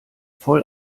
voll